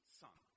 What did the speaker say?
son